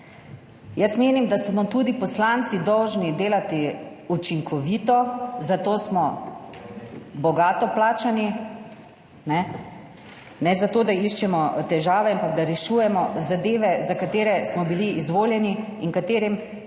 Jaz menim, da smo tudi poslanci dolžni delati učinkovito, za to smo bogato plačani, ne zato, da iščemo težave, ampak da rešujemo zadeve za katere smo bili izvoljeni in katerim so